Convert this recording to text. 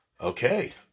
okay